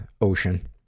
ocean